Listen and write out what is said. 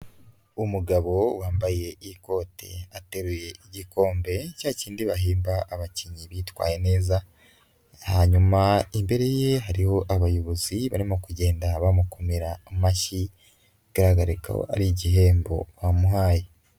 Umugabo wambaye ikote ateruye igikombe cya kindi bahemba abakinnyi bitwaye neza, hanyuma imbere ye hariho abayobozi barimo kugenda bamukomera amashyi bigaragare ko ari igihembo bamuhaye.